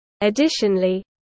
Additionally